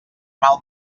mal